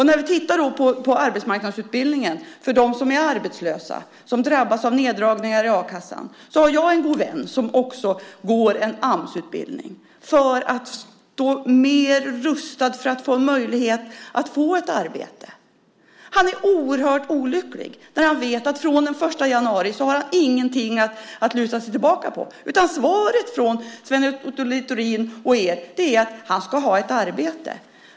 När vi tittar på arbetsmarknadsutbildningen för dem som är arbetslösa, som drabbas av neddragningar i a-kassan, kan jag säga att jag har en god vän som också går en Amsutbildning för att stå mer rustad för att få möjlighet att få ett arbete. Han är oerhört olycklig, för han vet att från den 1 januari har han ingenting att luta sig tillbaka på. Svaret från Sven Otto Littorin och er är att han ska ha ett arbete.